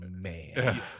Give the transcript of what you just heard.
man